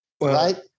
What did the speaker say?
Right